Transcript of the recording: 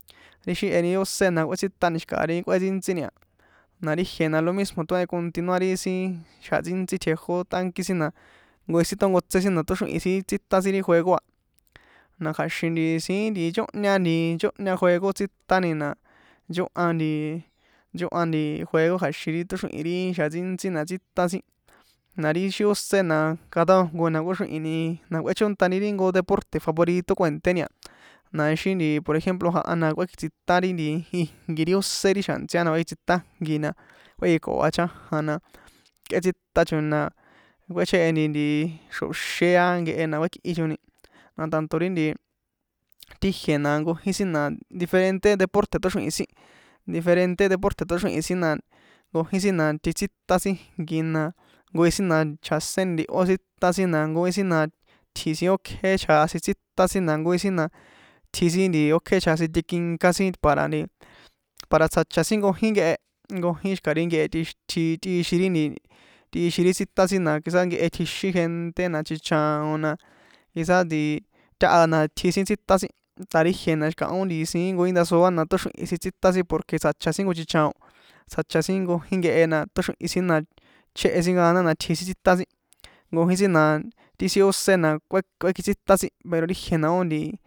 Jeheni ri ósé na kꞌuétsitani xi̱kaha ri kꞌuétsintsini a na ri jie na lo mismo tóhen continuar ri sin xjan ntsíntsí tjejótꞌanki sin na nkojin sin tónkotsé sin tóxrihi̱n sin tsítan sin ri juego a na kja̱xin nti siín nti nchóhña nti nchóhña juego tsítani na nchóha nti nchóhan nti juego kja̱xin ri tóxrihi̱n ri xjan ntsíntsí na tsítan sin na ri ixi ósé na cada nkojko ni na kóxrihi̱ni na kꞌuéchontani ri jnko deporte̱ favorito kuènténi a na ixi por ejemplo janhan na kuekitsitan ri ijnki ri ósé ri xja̱ntsia na kuekjitsitán ijnki na kuekjikoa̱ chajan na kꞌuétsitachoni na kꞌuécheheni nti xro̱xé a nkehe na kuékꞌichoni na tanto ri nti ti jie na nkojin sin na diferente deporte tóxrihi̱n sin diferente deporte̱ tóxrihi̱n sin na nkojin sin na tjitsítan sin ijnki na nkojin sin na chjaséni ntihó tsítan sin nkojin sin na tji̱ sin ókje chjasin tsítan sin na nkojin sin na itji sin ókjé chjasin tikinká sin para nti para tsjacha sin nkojin nkehe nkojin xi̱ka ri nkehe tix tji tꞌixin ri tꞌixin ri tsítan sin na quizá nkehe tjixin gente na chichaon na quizá nti taha na tji sin tsítan sin ta ri jie na xi̱kahón siín nkojin ndasoa na tóxrihi̱n tsítan sin porque tsjacha sin jnko chichaon tsjacha sin nkojin nkehe na tóxrihin sin na chjéhe sin gana na tji sin tsítan sin nkojin sin na ti sin ósé na kué kuékjitsítan sin pero ijie na ó.